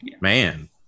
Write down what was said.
man